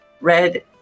red